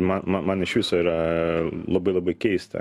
ma ma man iš viso yra labai labai keista